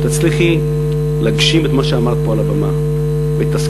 שתצליחי להגשים את מה שאמרת פה על הבמה ותתעסקי